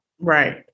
Right